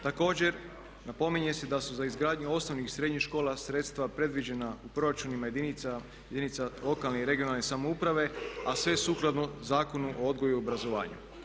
Također, napominje se da su za izgradnju osnovnih i srednjih škola sredstva predviđena u proračunima jedinica lokalne i regionalne samouprave a sve sukladno Zakonu o odgoju i obrazovanju.